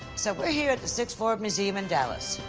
so we're here at the sixth floor museum in dallas.